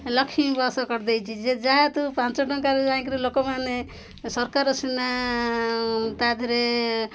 Lakshmi bus କରିଦେଇଛି ଯେ ଯାହା ତୁ ପାଞ୍ଚ ଟଙ୍କାରେ ଯାଇଁକିରି ଲୋକମାନେ ସରକାର ସିନା ତାଦିହରେ